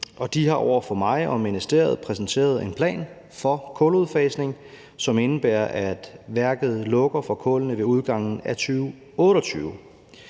de har over for mig og ministeriet præsenteret en plan for kuludfasningen, som indebærer, at værket lukker for kullene ved udgangen af 2028.